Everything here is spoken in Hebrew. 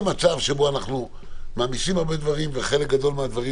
מצב שבו אנחנו מעמיסים הרבה דברים וחלק גדול מהדברים